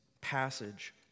passage